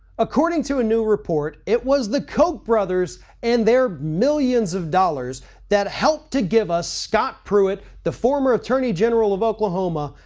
according to a new report, it was the koch brothers and their millions of dollars that helped to give us scott pruitt, the former attorney general of oklahoma,